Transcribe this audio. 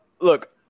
look